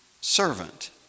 servant